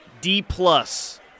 D-plus